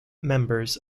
members